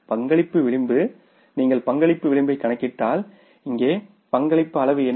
பங்களிப்பு விளிம்பு நீங்கள் பங்களிப்பு விளிம்பைக் கணக்கிட்டால் இங்கே பங்களிப்பு அளவு என்ன